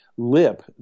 lip